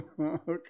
Okay